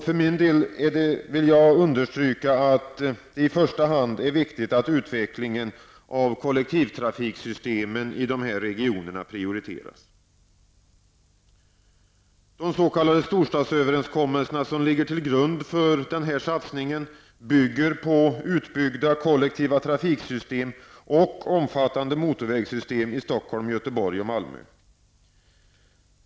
För min del vill jag understryka att det i första hand är viktigt att utvecklingen av kollektivtrafiksystemen i dessa regioner prioriteras. De s.k. storstadsöverenskommelserna, som ligger till grund för den här satsningen, bygger på utbyggda kollektiva trafiksystem och på omfattande motorvägssystem i Stockholm, Göteborg och Malmö.